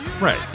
Right